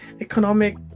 economic